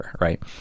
right